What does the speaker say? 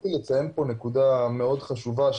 רציתי לציין פה נקודה מאוד חשובה,